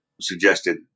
suggested